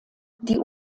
die